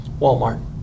walmart